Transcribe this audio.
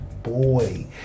boy